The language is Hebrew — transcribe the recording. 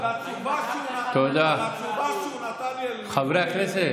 על התשובה שהוא נתן לי על ניגוד עניינים,